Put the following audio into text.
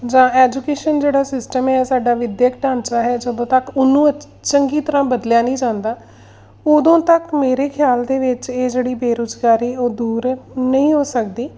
ਜਾਂ ਐਜੂਕੇਸ਼ਨ ਜਿਹੜਾ ਸਿਸਟਮ ਹੈ ਸਾਡਾ ਵਿੱਦਿਅਕ ਢਾਂਚਾ ਹੈ ਜਦੋਂ ਤੱਕ ਉਹਨੂੰ ਚੰਗੀ ਤਰ੍ਹਾਂ ਬਦਲਿਆ ਨਹੀਂ ਜਾਂਦਾ ਉਦੋਂ ਤੱਕ ਮੇਰੇ ਖਿਆਲ ਦੇ ਵਿੱਚ ਇਹ ਜਿਹੜੀ ਬੇਰੁਜ਼ਗਾਰੀ ਉਹ ਦੂਰ ਨਹੀਂ ਹੋ ਸਕਦੀ